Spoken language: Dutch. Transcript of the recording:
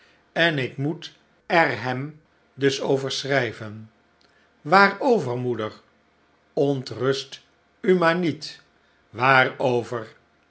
en ik moet er hem dus over schrijven waarover moeder ontrust u maar niet